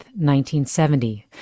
1970